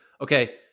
Okay